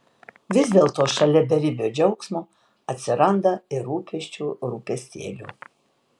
vis dėlto šalia beribio džiaugsmo atsiranda ir rūpesčių rūpestėlių